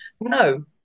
no